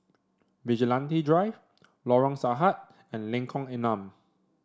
Vigilante Drive Lorong Sahad and Lengkong Enam